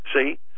See